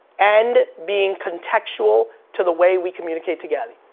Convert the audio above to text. and being contextual to the way we communicate together.